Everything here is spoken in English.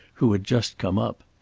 who had just come up.